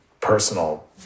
personal